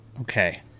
Okay